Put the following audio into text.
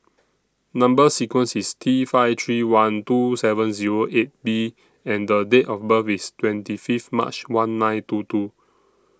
Number sequence IS T five three one two seven Zero eight B and Date of birth IS twenty Fifth March one nine two two